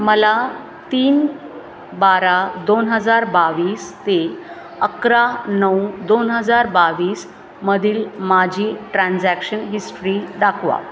मला तीन बारा दोन हजार बावीस ते अकरा नऊ दोन हजार बावीसमधील माझी ट्रान्झॅक्शन हिस्ट्री दाखवा